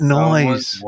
noise